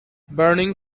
burning